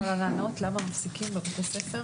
אני יכולה לענות על למה מפסיקים בבתי הספר